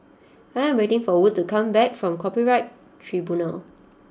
I am waiting for Wood to come back from Copyright Tribunal